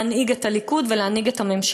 לא בך בחרו להנהיג את הליכוד ולהנהיג את הממשלה.